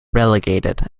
relegated